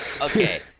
Okay